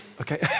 Okay